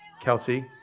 Kelsey